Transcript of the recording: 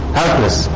helpless